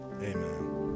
amen